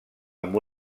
amb